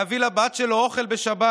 להביא לבת שלו אוכל בשבת,